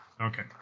Okay